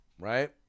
Right